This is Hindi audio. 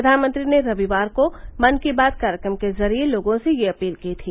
प्रधानमंत्री ने रविवार को मन की बात कार्यक्रम के जरिये लोगों से यह अपील की थी